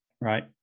right